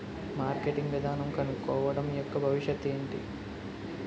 Marketing విధానం కనుక్కోవడం యెక్క భవిష్యత్ ఏంటి?